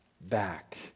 back